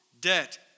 Debt